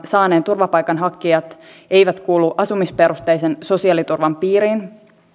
saaneet turvapaikanhakijat eivät kuulu asumisperusteisen sosiaaliturvan piiriin